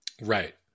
Right